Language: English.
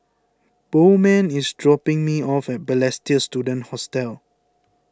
Bowman is dropping me off at Balestier Student Hostel